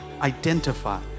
identify